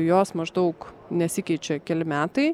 jos maždaug nesikeičia keli metai